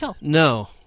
No